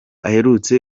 aherutse